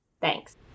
Thanks